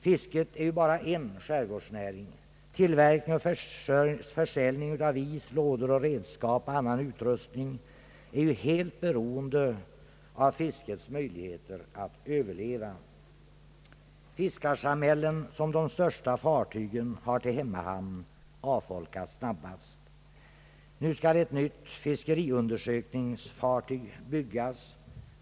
Fisket är bara en skärgårdsnäring. Tillverkning och försäljning av is, lådor, redskap och annan utrustning är helt beroende av fiskets möjligheter att överleva. De fiskarsamhällen, som utgör hemmahamn för de största fartygen, avfolkas snabbast. Nu skall ett nytt fiskeriundersökningsfartyg byggas.